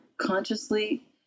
consciously